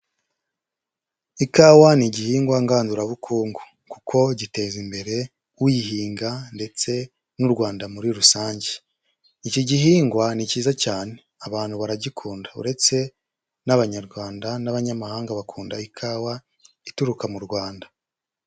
Ikawa ni igihingwa ngandurabukungu, kuko giteza imbere uyihinga ndetse n'u Rwanda muri rusange. Iki gihingwa ni cyiza cyane, abantu baragikunda, uretse n'Abanyarwanda n'abanyamahanga bakunda ikawa ituruka mu Rwanda.